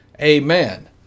Amen